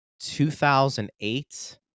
2008